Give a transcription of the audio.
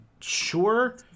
sure